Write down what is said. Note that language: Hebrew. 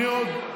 מי עוד?